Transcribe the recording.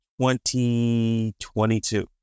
2022